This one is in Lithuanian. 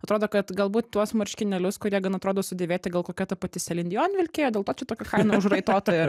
atrodo kad galbūt tuos marškinėlius kurie gan atrodo sudėvėti gal kokia ta pati selin dion vilkėjo dėlto čia tokia kaina užraitota yra